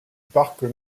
parc